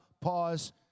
pause